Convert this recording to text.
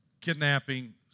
kidnapping